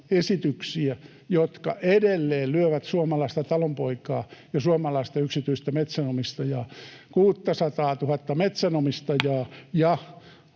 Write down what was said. esityksiä, jotka edelleen lyövät suomalaista talonpoikaa ja suomalaista yksityistä metsänomistajaa, 600 000:ta metsänomistajaa,